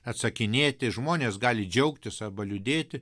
atsakinėti žmonės gali džiaugtis arba liūdėti